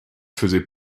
faisait